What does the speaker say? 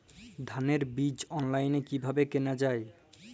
ধানের বীজ অনলাইনে কিভাবে কেনা যায়?